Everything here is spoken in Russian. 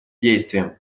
действиям